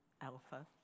Alpha